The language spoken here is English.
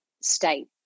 state